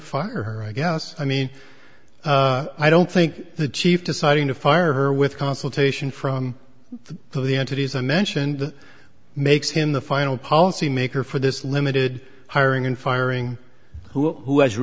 fire her i guess i mean i don't think the chief deciding to fire her with consultation from the entities and mentioned makes him the final policy maker for this limited hiring and firing who has a